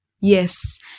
yes